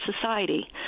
society